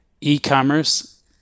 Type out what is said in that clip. e-commerce